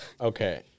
Okay